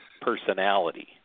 personality